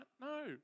No